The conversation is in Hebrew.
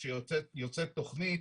כשיוצאת תכנית,